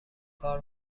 کار